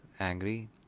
angry